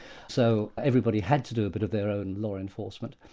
so everybody had to do a bit of their own law enforcement.